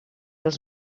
els